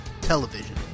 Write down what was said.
television